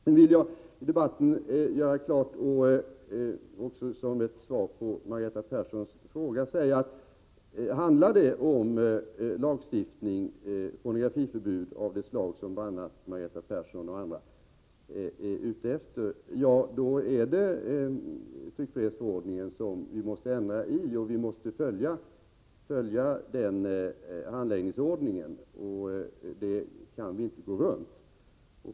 Jag vill i debatten göra klart och också som ett svar på Margareta Perssons fråga säga att handlar det om lagstiftning om pornografiförbud av det slag som Margareta Persson och andra är ute efter, då är det tryckfrihetsförordningen vi måste ändra. Vi måste följa den handläggningsordningen och kan inte komma förbi det.